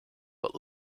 but